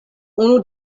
unu